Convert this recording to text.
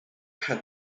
had